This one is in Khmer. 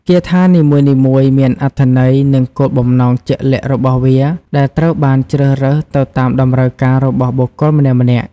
គាថានីមួយៗមានអត្ថន័យនិងគោលបំណងជាក់លាក់របស់វា ដែលត្រូវបានជ្រើសរើសទៅតាមតម្រូវការរបស់បុគ្គលម្នាក់ៗ។